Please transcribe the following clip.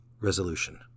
Resolution